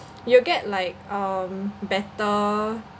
you'll get like um better